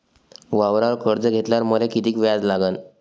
वावरावर कर्ज घेतल्यावर मले कितीक व्याज लागन?